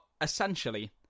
essentially